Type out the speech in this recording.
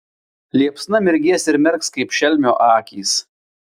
liepsna mirgės ir merks kaip šelmio akys